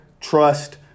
trust